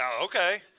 okay